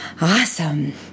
Awesome